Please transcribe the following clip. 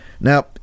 Now